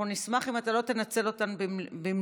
אנחנו נשמח אם אתה לא תנצל אותן במלואן.